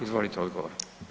Izvolite odgovor.